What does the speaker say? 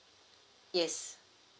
yes